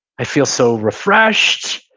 i feel so refreshed.